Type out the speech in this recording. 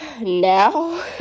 now